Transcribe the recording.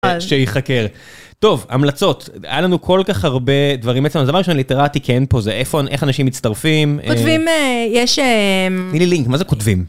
שיחקר, טוב המלצות היה לנו כל כך הרבה דברים אצלנו אז דבר ראשון מה שאני נתרעתי כן פה זה איפה איך אנשים מצטרפים יש להם מה זה כותבים.